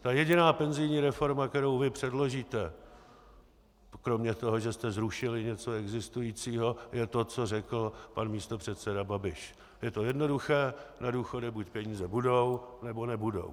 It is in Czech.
Ta jediná penzijní reforma, kterou vy předložíte kromě toho, že jste zrušili něco existujícího je to, co řekl pan místopředseda Babiš: Je to jednoduché: na důchody buď peníze budou, nebo nebudou.